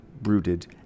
brooded